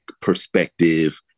perspective